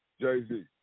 Jay-Z